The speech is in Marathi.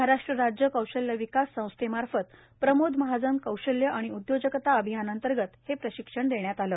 महाराष्ट्र राज्य कौशल्य विकास सोसायटीमार्फत प्रमोद महाजन कौशल्य आणि उदयोजकता अभियानाअंतर्गत हे प्रशिक्षण देण्यात आले